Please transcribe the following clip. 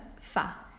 ¿Fa